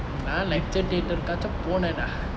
ah lecture theatre ஆச்சும் போனேன்டா:aachum ponenda